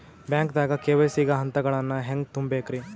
ಬ್ಯಾಂಕ್ದಾಗ ಕೆ.ವೈ.ಸಿ ಗ ಹಂತಗಳನ್ನ ಹೆಂಗ್ ತುಂಬೇಕ್ರಿ?